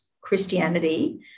Christianity